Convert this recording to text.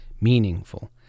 meaningful